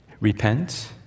repent